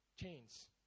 Chains